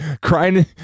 crying